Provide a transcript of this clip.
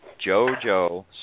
Jojo